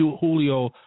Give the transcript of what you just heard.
Julio